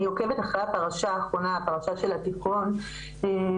אני עוקבת אחרי הפרשה של התיכון האחרונה